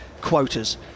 quotas